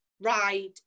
ride